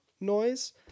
noise